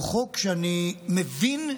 הוא חוק שאני מבין,